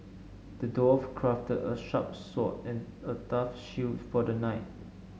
the dwarf crafted a sharp sword and a tough shield for the knight